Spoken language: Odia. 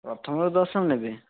ପ୍ରଥମରୁ ଦଶମ ନେବେ